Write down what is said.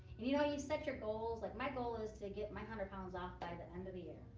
and you know, you set your goals, like my goal is to get my hundred pounds off by the end of the year.